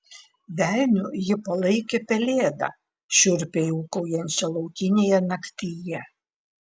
velniu ji palaikė pelėdą šiurpiai ūkaujančią laukinėje naktyje